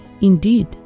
Indeed